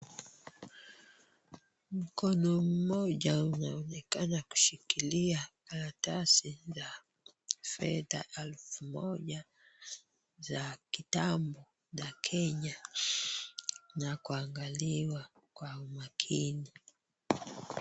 Mkono mmoja unaonekana kushikilia karatasi za fedha elfu moja za kitambo za Kenya na kuangaliwa kwa umakini.